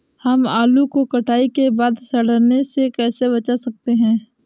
हम आलू को कटाई के बाद सड़ने से कैसे बचा सकते हैं?